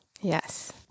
yes